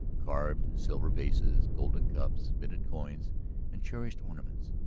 carved silver vases, golden cups, minted coins and cherished ornaments,